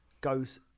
goes